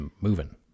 moving